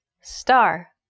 Star